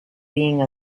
being